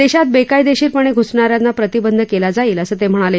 देशात बेकायदेशीरपणे घुसणा यांना प्रतिबंध केला जाईल असं ते म्हणाले